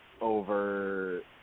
over